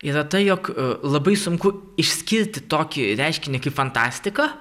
yra ta jog labai sunku išskirti tokį reiškinį kaip fantastika